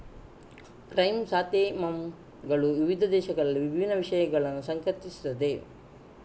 chrysanthemum ಗಳು ವಿವಿಧ ದೇಶಗಳಲ್ಲಿ ವಿಭಿನ್ನ ವಿಷಯಗಳನ್ನು ಸಂಕೇತಿಸುತ್ತವೆ